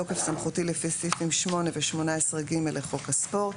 התשפ"ב -2022 בתוקף סמכותי לפי סעיפים 8 ו-18(ג) לחוק הספורט,